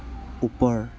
ওপৰ